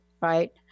Right